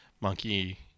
Monkey